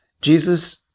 Jesus